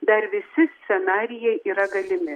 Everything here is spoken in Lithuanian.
dar visi scenarijai yra galimi